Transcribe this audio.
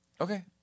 Okay